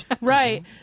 right